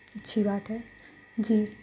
اچھی بات ہے جی